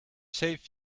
save